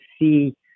see